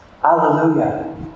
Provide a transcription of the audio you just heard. Hallelujah